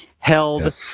Held